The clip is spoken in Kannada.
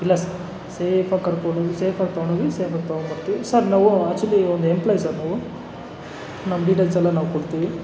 ಇಲ್ಲ ಸರ್ ಸೇಫಾಗಿ ಕರ್ಕೊಂಡೋಗಿ ಸೇಫಾಗಿ ತೊಗೊಂಡೋಗಿ ಸೇಫಾಗಿ ತೊಗೊಂಡು ಬರ್ತೀವಿ ಸರ್ ನಾವು ಆಕ್ಚುವಲಿ ಒಂದು ಎಂಪ್ಲಾಯ್ ಸರ್ ನಾವು ನಮ್ಮ ಡೀಟೇಲ್ಸೆಲ್ಲ ನಾವು ಕೊಡ್ತೀವಿ